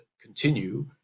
continue